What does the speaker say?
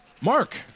Mark